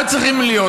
עכשיו,